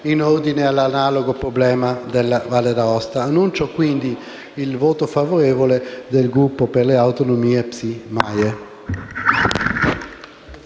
in ordine all'analogo problema della Valle d'Aosta. Annuncio, quindi, il voto favorevole del Gruppo per le Autonomie-PSI-Maie.